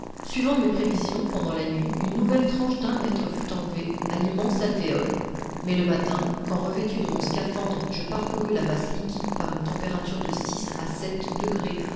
suivant mes prévisions pendant la nuit une nouvelle tranche d'un mètre fut enlevée à l'immense alvéole mais le matin quand revêtu de mon scaphandre je parcourus la masse liquide par une température de six à sept degrés